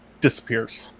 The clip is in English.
disappears